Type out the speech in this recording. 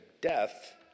death